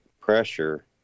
pressure